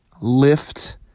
lift